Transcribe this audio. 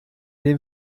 dem